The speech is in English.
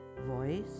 voice